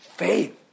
Faith